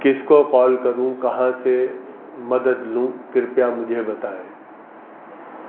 کس کو کال کروں کہاں سے مدد لوں کرپیا مجھے بتائیں